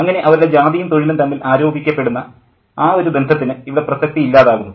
അങ്ങനെ അവരുടെ ജാതിയും തൊഴിലും തമ്മിൽ ആരോപിക്കപ്പെടുന്ന ആ ഒരു ബന്ധത്തിന് ഇവിടെ പ്രസക്തി ഇല്ലാതാകുന്നു